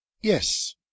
Yes